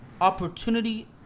opportunity